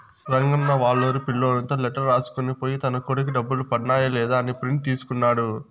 రంగన్న వాళ్లూరి పిల్లోనితో లెటర్ రాసుకొని పోయి తన కొడుకు డబ్బులు పన్నాయ లేదా అని ప్రింట్ తీసుకున్నాడు